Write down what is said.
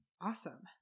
Awesome